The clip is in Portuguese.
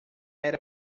era